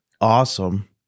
awesome